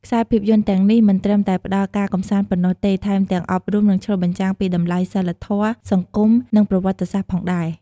ខ្សែភាពយន្តទាំងនេះមិនត្រឹមតែផ្តល់ការកម្សាន្តប៉ុណ្ណោះទេ ថែមទាំងអប់រំ និងឆ្លុះបញ្ចាំងពីតម្លៃសីលធម៌ សង្គម និងប្រវត្តិសាស្ត្រផងដែរ។